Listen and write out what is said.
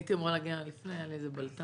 הייתי אמורה להגיע לפני אבל היה לי בלת"ם.